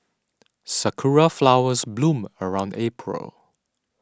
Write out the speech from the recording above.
sakura flowers bloom around April